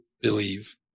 believe